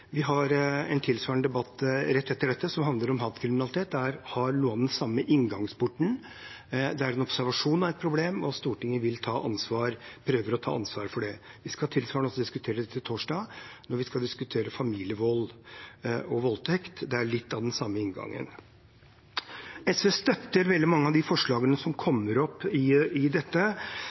har en tilsvarende debatt rett etter dette som handler om hatkriminalitet, som har litt av den samme inngangsporten. Det er en observasjon av et problem, og Stortinget prøver å ta ansvar for det. Vi skal tilsvarende også diskutere dette torsdag, når vi skal diskutere familievold og voldtekt. Det er litt av den samme inngangen. SV støtter veldig mange av de forslagene som kommer opp